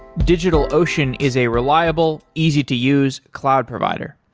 digitalocean is a reliable, easy to use cloud provider.